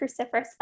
cruciferous